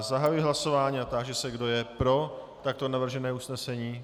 Zahajuji hlasování a táži se, kdo je pro takto navržené usnesení.